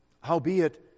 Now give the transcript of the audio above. Howbeit